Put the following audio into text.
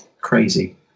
crazy